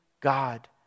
God